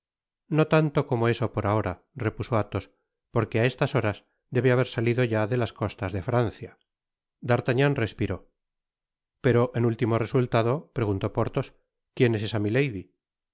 no tanto como eso por ahora repuso athos porque á estas horas debe haber salido ya de las costas de francia d'artagnan respiró pero en último resultado preguntó porthos quien es esa milady